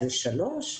שלוש,